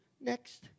Next